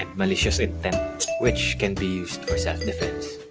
malicious intent which can be used for self-defence